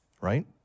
right